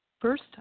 First